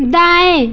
दाएं